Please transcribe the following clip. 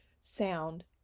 sound